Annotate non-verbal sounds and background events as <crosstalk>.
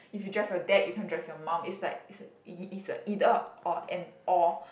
if you drive your dad you can't drive your mum it's like <noise> it's a either or and or